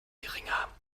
geringer